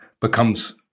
becomes